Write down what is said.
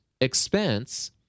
expense